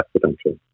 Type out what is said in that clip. potential